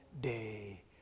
day